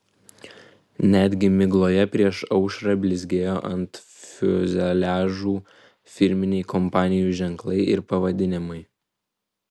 netgi migloje prieš aušrą blizgėjo ant fiuzeliažų firminiai kompanijų ženklai ir pavadinimai